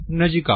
નજીક આવો